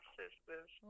sisters